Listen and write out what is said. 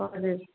हजुर